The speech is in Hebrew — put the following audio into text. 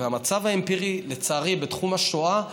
והמצב האמפירי בתחום השואה היה,